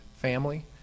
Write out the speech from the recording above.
family